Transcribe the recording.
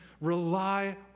rely